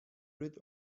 rid